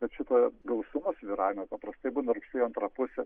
bet šitie gausumo svyravimai paprastai būna rugsėjo antrą pusę